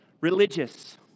religious